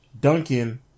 Duncan